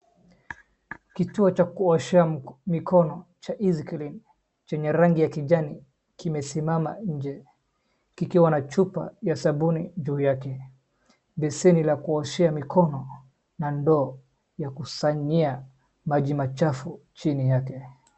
Kituo cha kuoshea mikono cha Easy green chenye rangi ya kijani kimesimama nje kikiwa na chupa ya sabuni juu yake. Beseni la kuoshea mikono na ndoo ya kukusanyai maji machafu chini yake.